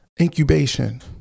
Incubation